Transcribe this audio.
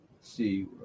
see